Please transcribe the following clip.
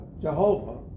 Jehovah